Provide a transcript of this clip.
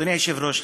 אדוני היושב-ראש,